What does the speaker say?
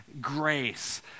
grace